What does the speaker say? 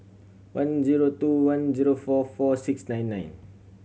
one zero two one zero four four six nine nine